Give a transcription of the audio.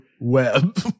web